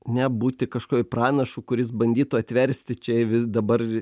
nebūti kažkokiu pranašu kuris bandytų atversti čia vis dabar